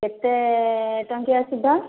କେତେ ଟଙ୍କା ସୁଧ